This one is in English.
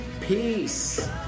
Peace